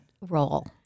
role